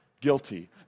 guilty